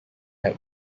had